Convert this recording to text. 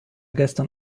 gestern